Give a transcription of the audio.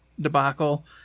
debacle